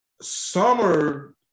Summer